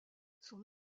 son